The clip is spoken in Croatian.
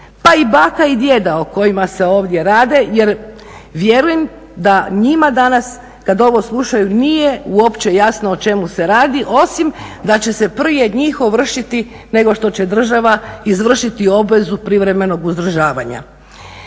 pa i baka i djeda o kojima se ovdje radi jer vjerujem da njima danas kad ovo slušaju nije uopće jasno o čemu se radi, osim da će se prije njih ovršiti nego što će država izvršiti obvezu privremenog uzdržavanja.